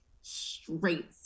straight